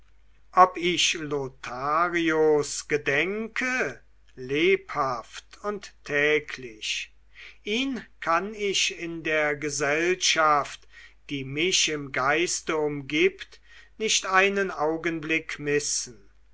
ob ich lotharios gedenke lebhaft und täglich ihn kann ich in der gesellschaft die mich im geiste umgibt nicht einen augenblick missen